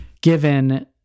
given